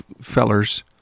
fellers